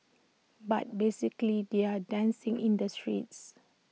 but basically they're dancing in the streets